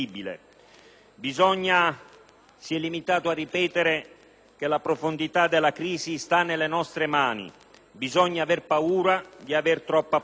Egli si è limitato a ripetere che la profondità della crisi sta nelle nostre mani e che bisogna aver paura di avere troppa paura.